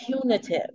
punitive